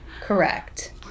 Correct